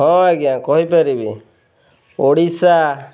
ହଁ ଆଜ୍ଞା କହିପାରିବି ଓଡ଼ିଶା